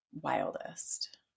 wildest